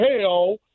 hell